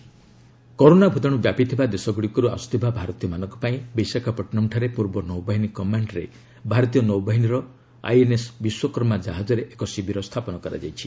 navy quarantine camp corona ଭୂତାଣୁ ବ୍ୟାପିଥିବା ଦେଶଗୁଡ଼ିକରୁ ଆସୁଥିବା ଭାରତୀୟମାନଙ୍କ ପାଇଁ ବିଶାଖାପଟନମଠାରେ ପୂର୍ବ ନୌବାହିନୀ କମାଣ୍ଡରେ ଭାରତୀୟ ନୌବାହିନୀର ଆଇଏନ୍ଏସ୍ ବିଶ୍ୱକର୍ମା କାହାଜରେ ଏକ ସିବିର ସ୍ଥାପନ କରାଯାଇଛି